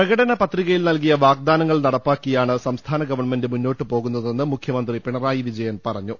പ്രകടനപത്രികയിൽ നൽകിയ വാഗ്ദാനങ്ങൾ നടപ്പാക്കിയാണ് സംസ്ഥാന ഗവൺമെന്റ് മുന്നോട്ട് പോകുന്നതെന്ന് മുഖ്യമന്ത്രി പിണറായി വിജയൻ പറഞ്ഞു